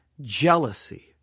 jealousy